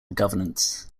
governance